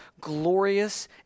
glorious